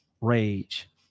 rage